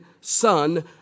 son